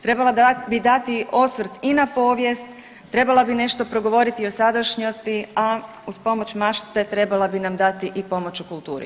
Trebala bi dati osvrt i na povijest, trebala bi nešto progovoriti o sadašnjosti, a uz pomoć mašte trebala bi nam dati pomoć u kulturi.